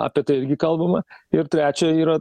apie tai irgi kalbama ir trečia yra